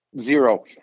Zero